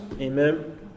Amen